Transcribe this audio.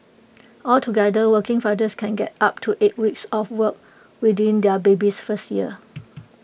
altogether working fathers can get up to eight weeks off work within their baby's first year